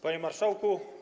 Panie Marszałku!